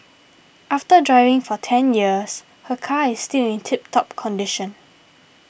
after driving for ten years her car is still in tip top condition